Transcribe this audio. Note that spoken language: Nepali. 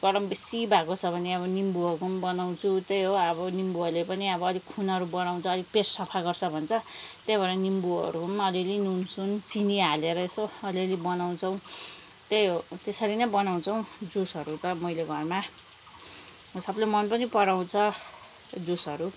गरम बेसी भएको छ भने अब निम्बुहरूको पनि बनाउँछु त्यही हो अब निम्बुहरूले पनि अब अलिक खुनहरू बढाउँछ अलिक पेट सफा गर्छ भन्छ त्यही भएर निम्बुहरू पनि अलिअलि नुनसुन चिनी हालेर यसो अलिअलि बनाउँछौँ त्यही हो त्यसरी नै बनाउँछौँ जुसहरू त मैले घरमा सबले मन पनि पराउँछ जुसहरू